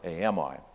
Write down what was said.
AMI